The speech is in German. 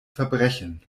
verbrechen